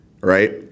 Right